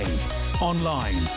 online